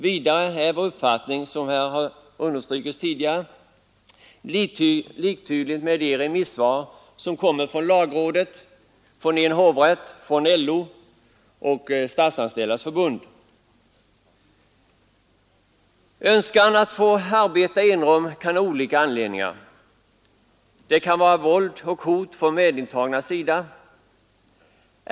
Dessutom står vår uppfattning, som här har understrukits tidigare, i överensstämmelse med de remissvar som kommit från lagrådet, en hovrätt, LO och Statsanställdas förbund. Önskan att få arbeta i enrum kan ha olika orsaker. Det kan vara våld och hot från medintagnas sida.